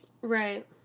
Right